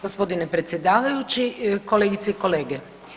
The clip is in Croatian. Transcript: Gospodine predsjedavajući, kolegice i kolege.